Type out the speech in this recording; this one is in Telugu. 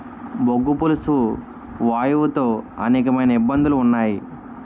బొగ్గు పులుసు వాయువు తో అనేకమైన ఇబ్బందులు ఉన్నాయి